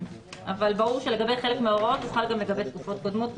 אבל ברור שלגבי חלק מההוראות הוא חל גם לגבי תקופות קודמות,